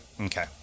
Okay